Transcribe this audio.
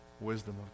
wisdom